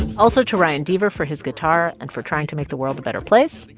also to ryan deaver for his guitar and for trying to make the world a better place.